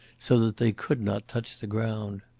so that they could not touch the ground.